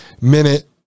minute